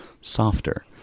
softer